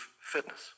fitness